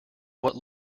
what